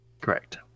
Correct